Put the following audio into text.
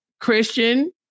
Christian